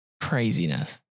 Craziness